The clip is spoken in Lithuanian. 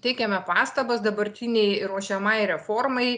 teikiame pastabas dabartinei ruošiamai reformai